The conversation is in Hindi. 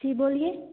जी बोलिए